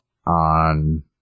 on